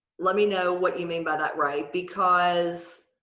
let me know what you mean by that, right? because,